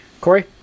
Corey